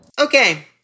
Okay